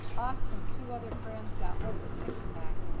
us and two other friends got ahold of a six pack,